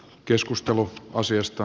keskustelu asiasta